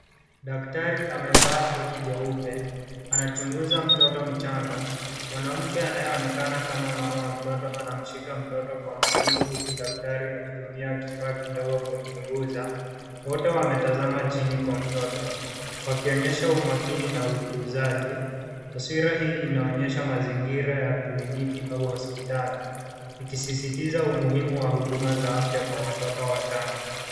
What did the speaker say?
Daktari amevaa koti jeupe. Anachunguza mtoto mchanga. Mwanamke anayeonekana kama mama ya mtoto anamshika mtoto kwa makini huku daktari akitumia kifaa kidogo kumchunguza. Wote wametazama chini kwa mtoto wakionyesha umakini na utunzaji. Taswira hii inaonyesha mazingira ya kliniki au hospitali ikisisitiza umuhimu wa huduma za afya kwa watoto wachanga.